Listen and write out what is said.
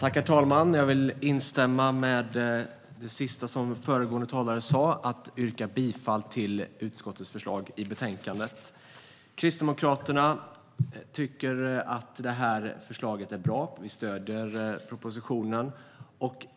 Herr talman! Jag vill instämma i det sista som föregående talare sa och yrkar bifall till utskottets förslag i betänkandet. Kristdemokraterna anser att detta förslag är bra. Vi stöder propositionen.